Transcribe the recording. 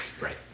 right